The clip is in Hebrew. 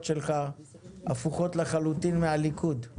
שלך הפוכות לחלוטין להסתייגויות של הליכוד.